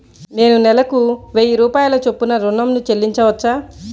నేను నెలకు వెయ్యి రూపాయల చొప్పున ఋణం ను చెల్లించవచ్చా?